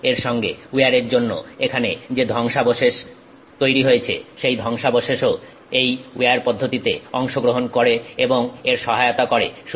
কিন্তু এর সঙ্গে উইয়ারের জন্য এখানে যে ধ্বংসাবশেষ তৈরি হয়েছে সেই ধ্বংসাবশেষও এই উইয়ার পদ্ধতিতে অংশগ্রহণ করে এবং এর সহায়তা করে